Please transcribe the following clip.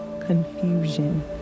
confusion